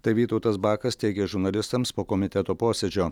tai vytautas bakas teigė žurnalistams po komiteto posėdžio